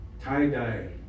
tie-dye